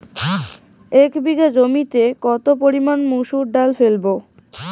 এক বিঘে জমিতে কত পরিমান মুসুর ডাল ফেলবো?